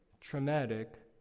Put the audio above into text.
traumatic